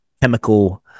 chemical